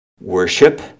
worship